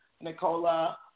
Nicola